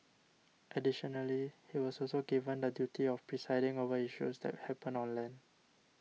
additionally he was also given the duty of presiding over issues that happen on land